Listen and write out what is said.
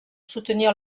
soutenir